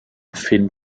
film